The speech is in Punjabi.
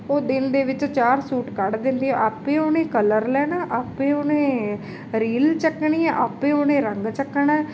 ਉਹ ਦਿਨ ਦੇ ਵਿੱਚ ਚਾਰ ਸੂਟ ਕੱਢ ਦਿੰਦੀ ਹੈ ਆਪੇ ਉਹਨੇ ਕਲਰ ਲੈਣਾ ਆਪੇ ਉਹਨੇ ਰੀਲ ਚੱਕਣੀ ਆਪੇ ਉਹਨੇ ਰੰਗ ਚੱਕਣਾ